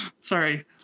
Sorry